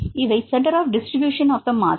இவை centre of distribution of the mass